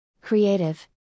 creative